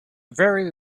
very